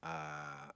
uh